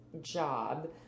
job